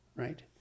Right